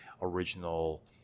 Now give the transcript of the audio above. original